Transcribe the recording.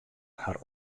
har